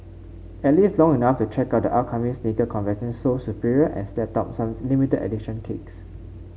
at least long enough to check out the upcoming sneaker convention Sole Superior and snap up some limited edition kicks